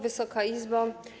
Wysoka Izbo!